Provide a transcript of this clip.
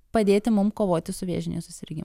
padėti mum kovoti su vėžiniu susirgimu